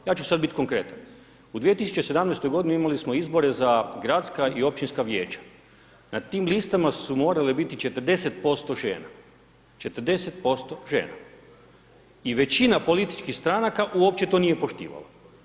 Ja ću sad biti konkretan, u 2017. godine imali smo izbore za gradska i općinska vijeća, na tim listama su morale biti 40% žena, 40% žena, i većina političkih stranaka uopće to nije poštivalo.